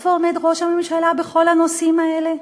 איפה עומד ראש הממשלה בכל הנושאים האלה?